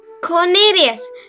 cornelius